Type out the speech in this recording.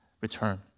return